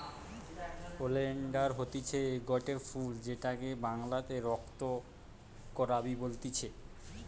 oleander হতিছে গটে ফুল যেটাকে বাংলাতে রক্ত করাবি বলতিছে